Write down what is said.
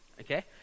okay